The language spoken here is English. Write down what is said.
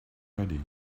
ready